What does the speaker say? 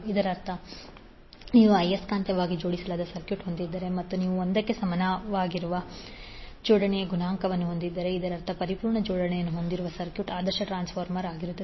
ಇದರರ್ಥ ನೀವು ಆಯಸ್ಕಾಂತೀಯವಾಗಿ ಜೋಡಿಸಲಾದ ಸರ್ಕ್ಯೂಟ್ ಹೊಂದಿದ್ದರೆ ಮತ್ತು ನೀವು ಒಂದಕ್ಕೆ ಸಮನಾಗಿರುವ ಜೋಡಣೆಯ ಗುಣಾಂಕವನ್ನು ಹೊಂದಿದ್ದರೆ ಇದರರ್ಥ ಪರಿಪೂರ್ಣ ಜೋಡಣೆಯನ್ನು ಹೊಂದಿರುವ ಸರ್ಕ್ಯೂಟ್ ಆದರ್ಶ ಟ್ರಾನ್ಸ್ಫಾರ್ಮರ್ ಆಗಿರುತ್ತದೆ